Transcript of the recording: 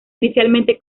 inicialmente